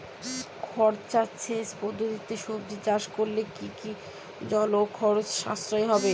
খরা সেচ পদ্ধতিতে সবজি চাষ করলে কি জল ও খরচ সাশ্রয় হয়?